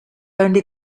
only